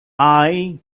i—i